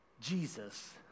Jesus